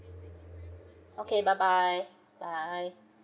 okay bye bye bye